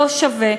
לא שווה.